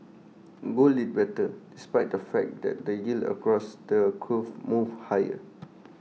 gold did better despite the fact that the yields across the curve moved higher